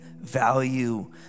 value